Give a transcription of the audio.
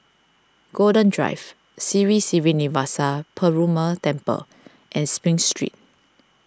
Golden Drive Sri Srinivasa Perumal Temple and Spring Street